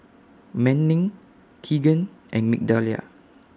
Manning Kegan and Migdalia